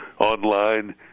online